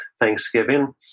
Thanksgiving